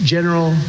General